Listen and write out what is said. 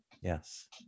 Yes